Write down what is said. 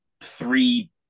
three